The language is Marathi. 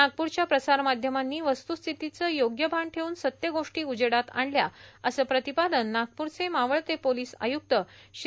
नागपूरच्या प्रसारमाध्यमांनी वस्तुस्थितीचं योग्य भान ठेवून सत्य गोष्टी उजेडात आणल्या असं प्रतिपादन नागपूरचे मावळते पोलीस आय्रक्त श्री